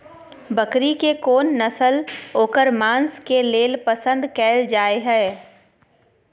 बकरी के कोन नस्ल ओकर मांस के लेल पसंद कैल जाय हय?